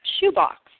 shoebox